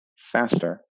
faster